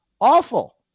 Awful